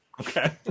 okay